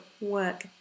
work